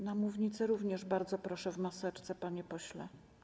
Na mównicę również bardzo proszę w maseczce, panie pośle.